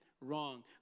wrong